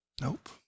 Nope